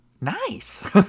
nice